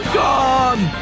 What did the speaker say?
gone